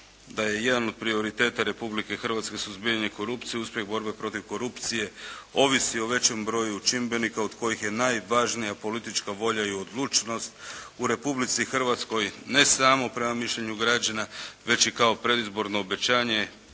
da je jedan od prioriteta Republike Hrvatske suzbijanje korupcije, uspjeh borbe protiv korupcije ovisi o većem broju čimbenika od kojih je najvažnija politička volja i odlučnost u Republici Hrvatskoj, ne samo prema mišljenju građana, već i kao predizborno obećanje